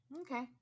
Okay